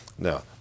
Now